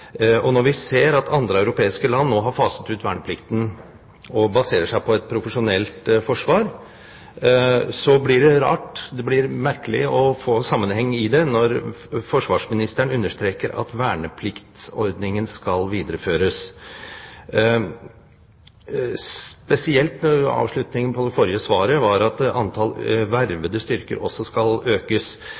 Når vi ser at andre europeiske land nå har faset ut verneplikten og baserer seg på et profesjonelt forsvar, blir det rart – det blir merkelig – å få sammenheng i det når forsvarsministeren understreker at vernepliktsordningen skal videreføres, spesielt når avslutningen på det forrige svaret var at antall vervede styrker også skal økes.